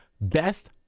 best